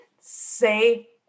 say